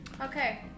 Okay